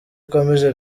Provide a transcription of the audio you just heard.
ikomeje